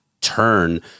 turn